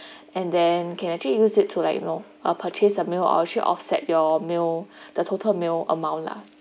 and then can actually use it to like you know uh purchase a meal or actually offset your meal the total meal amount lah